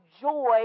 joy